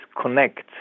connect